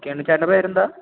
ചേട്ടൻ്റെ ചേട്ടൻ്റെ പേരെന്താണ്